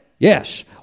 Yes